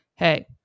hey